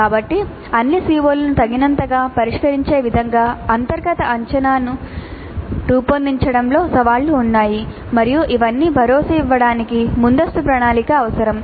కాబట్టి అన్ని CO లను తగినంతగా పరిష్కరించే విధంగా అంతర్గత అంచనాను రూపొందించడంలో సవాళ్లు ఉన్నాయి మరియు ఇవన్నీ భరోసా ఇవ్వడానికి ముందస్తు ప్రణాళిక అవసరం